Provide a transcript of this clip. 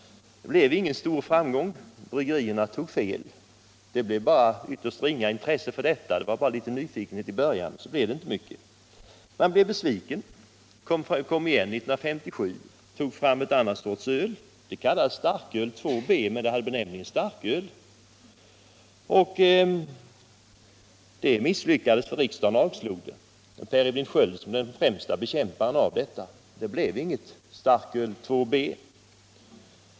Det blev ingen framgång. Bryggerierna tog fel; det blev bara ett ytterst ringa intresse för detta. Det var endast litet nyfikenhet i början, och sedan blev det inte mycket. Bryggeriindustrin kände sig besviken, och man kom igen 1957 och tog fram en annan sorts öl. Det kallades starköl II B, men det var också ett starköl. Det misslyckades, för riksdagen avslog förslaget i frågan. Per Edvin Sköld var den främsta bekämparen av detta. Det blev inget starköl II B.